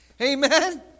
Amen